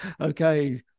okay